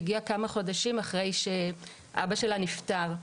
היא הגיעה כמה חודשים אחרי שאבא שלה נפטר.